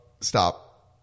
stop